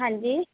ਹਾਂਜੀ